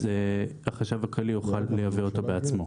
אז החשב הכללי יוכל לייבא אותו בעצמו.